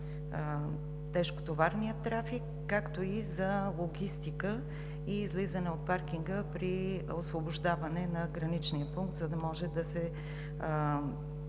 тежкотоварния трафик, както и за логистика и излизане от паркинга при освобождаване на граничния пункт, за да може да се